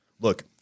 look